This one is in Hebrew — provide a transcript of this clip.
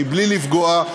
מבלי לפגוע,